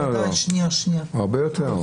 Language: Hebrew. הרבה יותר.